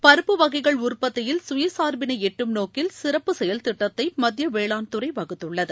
பருப்புவகைகள்உற்பத்தியில் சுயசா்பினை எட்டும் நோக்கில் சிறப்பு செயல் திட்டத்தை மத்திய வேளாண் துறை வகுத்துள்ளது